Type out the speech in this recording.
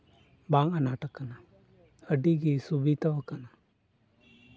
ᱵᱟᱝ ᱟᱱᱟᱴ ᱠᱟᱱᱟ ᱟᱹᱰᱤᱜᱮ ᱥᱩᱵᱤᱫᱷᱟ ᱟᱠᱟᱱᱟ